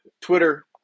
Twitter